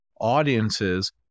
audiences